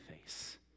face